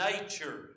nature